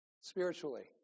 spiritually